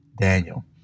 Daniel